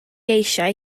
eisiau